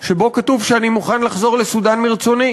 שבו כתוב שאני מוכן לחזור לסודאן מרצוני.